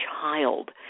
child